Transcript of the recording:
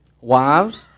Wives